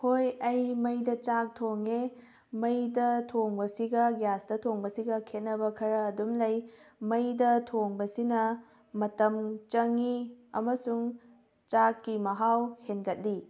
ꯍꯣꯏ ꯑꯩ ꯃꯩꯗ ꯆꯥꯛ ꯊꯣꯡꯉꯦ ꯃꯩꯗ ꯊꯣꯡꯕꯁꯤꯒ ꯒ꯭ꯌꯥꯁꯇ ꯊꯣꯡꯕꯁꯤꯒ ꯈꯦꯠꯅꯕ ꯈꯔ ꯑꯗꯨꯝ ꯂꯩ ꯃꯩꯗ ꯊꯣꯡꯕꯁꯤꯅ ꯃꯇꯝ ꯆꯪꯉꯤ ꯑꯃꯁꯨꯡ ꯆꯥꯛꯀꯤ ꯃꯍꯥꯎ ꯍꯦꯟꯒꯠꯂꯤ